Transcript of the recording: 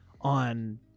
on